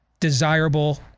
Desirable